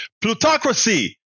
Plutocracy